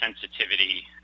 sensitivity